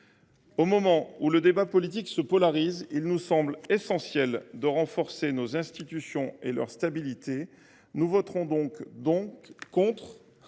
Au moment où le débat politique se polarise, il nous semble essentiel de renforcer nos institutions et leur stabilité. Nous voterons donc contre